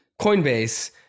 Coinbase